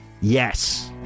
yes